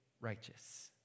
righteous